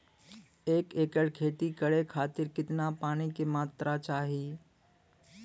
एक एकड़ खेती करे खातिर कितना पानी के मात्रा चाही?